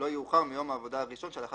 לא יאוחר מיום העבודה הראשון שלאחר